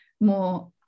more